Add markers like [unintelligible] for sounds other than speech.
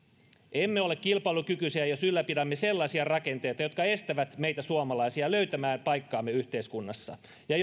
emme ole kilpailukykyisiä jos ylläpidämme sellaisia rakenteita jotka estävät meitä suomalaisia löytämästä paikkaamme yhteiskunnassa ja [unintelligible]